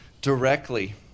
directly